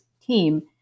team